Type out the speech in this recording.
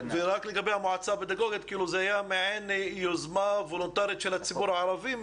רק לגבי המועצה פדגוגית: זו הייתה מעין יוזמה וולנטרית של הציבור הערבי,